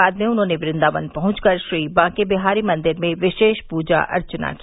बाद में उन्होंने वृन्दावन पहुंचकर श्री बांके बिहारी मन्दिर में विरोष पूजा अर्चना की